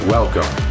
Welcome